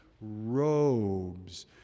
robes